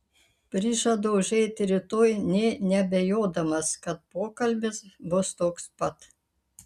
prižadu užeiti rytoj nė neabejodamas kad pokalbis bus toks pat